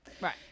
Right